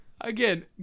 again